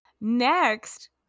Next